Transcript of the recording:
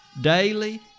daily